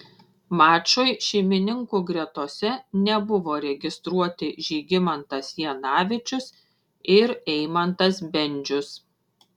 mačui šeimininkų gretose nebuvo registruoti žygimantas janavičius ir eimantas bendžius